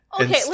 Okay